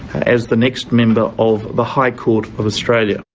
as the next member of the high court of australia.